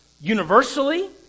universally